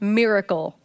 miracle